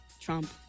Trump